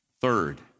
Third